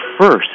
first